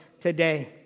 today